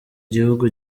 gihugu